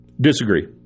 Disagree